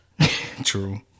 True